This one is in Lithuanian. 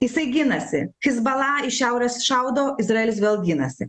jisai ginasi hisbala iš šiaurės šaudo izraelis vėl ginasi